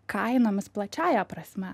kainomis plačiąja prasme